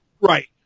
Right